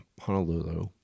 Honolulu